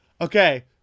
Okay